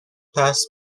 pass